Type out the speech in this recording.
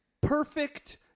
perfect